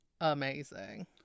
amazing